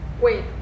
wait